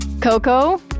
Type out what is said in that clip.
Coco